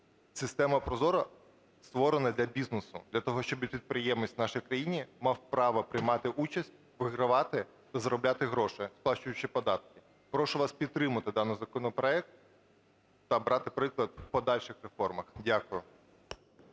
Система ProZorro створена для бізнесу, для того, щоб підприємець в нашій країні мав право приймати участь, вигравати та заробляти гроші, сплачуючи податки. Прошу вас підтримати даний законопроект та брати приклад у подальших реформах. Дякую.